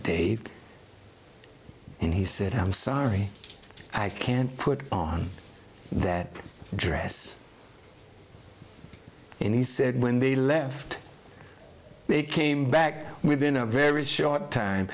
dave and he said i'm sorry i can't put on that dress and he said when they left they came back within a very short time